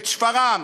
את שפרעם,